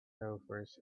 loafers